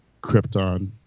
Krypton